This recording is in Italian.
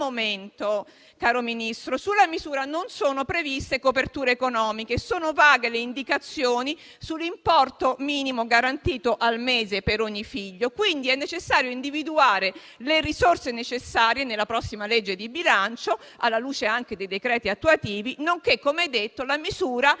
signor Ministro, sulla misura non sono previste coperture economiche e sono vaghe le indicazioni sull'importo minimo garantito al mese per ogni figlio. Quindi è necessario individuare le risorse necessarie nella prossima legge di bilancio, alla luce anche dei decreti attuativi, nonché - come detto - il